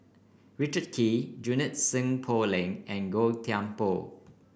Richard Kee Junie Sng Poh Leng and Gan Thiam Poh